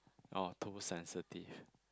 uh too sensitive